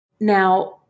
Now